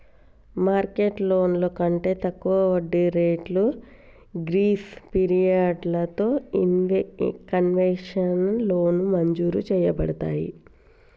market లోన్లు కంటే తక్కువ వడ్డీ రేట్లు గ్రీస్ పిరియడలతో కన్వెషనల్ లోన్ మంజురు చేయబడతాయి